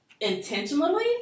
Intentionally